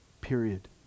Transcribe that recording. Period